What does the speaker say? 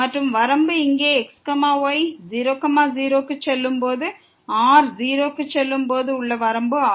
மற்றும் வரம்பு இங்கே x y 0 0 க்கு செல்லும் போது r 0 க்கு செல்லும் போது உள்ள வரம்பு ஆகும்